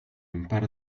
impar